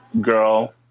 girl